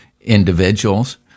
individuals